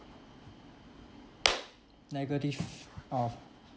negative uh